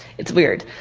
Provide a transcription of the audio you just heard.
it's weird.